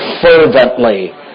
fervently